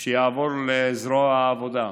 שיעבור לזרוע העבודה.